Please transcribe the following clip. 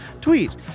tweet